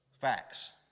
Facts